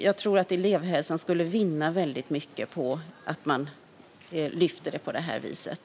Jag tror att elevhälsan skulle vinna väldigt mycket på att detta lyfts upp på det här viset.